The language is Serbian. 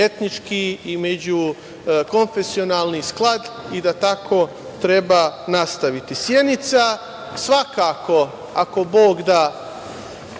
međuetnički i međukonfesionalni sklad i da tako treba nastaviti. Sjenica svakako, ako Bog da,